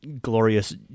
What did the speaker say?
glorious